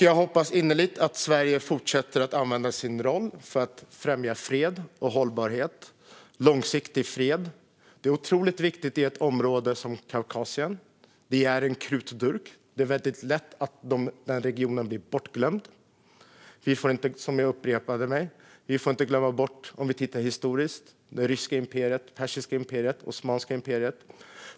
Jag hoppas innerligt att Sverige fortsätter att använda sin roll för att främja långsiktig fred och hållbarhet. Det är otroligt viktigt i ett område som Kaukasien. Det är en krutdurk. Det är väldigt lätt att den regionen blir bortglömd. Vi får inte, som jag redan sagt, glömma bort att titta historiskt på det ryska imperiet, det persiska imperiet och det osmanska imperiet.